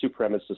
supremacist